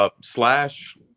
Slash